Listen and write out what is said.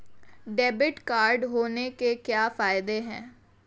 Debit card होने के क्या फायदे हैं?